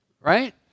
right